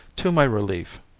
to my relief,